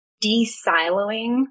de-siloing